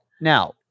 Now